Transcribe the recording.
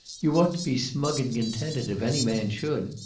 you ought to be smug and contented, if any man should.